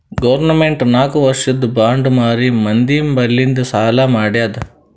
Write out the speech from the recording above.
government ನಾಕ್ ವರ್ಷಿಂದ್ bond ಮಾರಿ ಮಂದಿ ಬಲ್ಲಿಂದ್ ಸಾಲಾ ಮಾಡ್ಯಾದ್